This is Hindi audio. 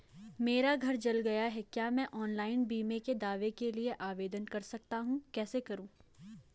मेरा घर जल गया है क्या मैं ऑनलाइन बीमे के दावे के लिए आवेदन कर सकता हूँ कैसे करूँ?